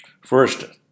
First